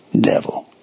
devil